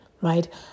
Right